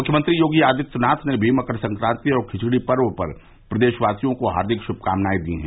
मुख्यमंत्री योगी आदित्यनाथ ने भी मकर संक्रांति और खिचड़ी पर्व पर प्रदेशवासियों को हार्दिक शुभकामनाए दी है